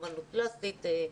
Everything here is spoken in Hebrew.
אומנות פלסטית,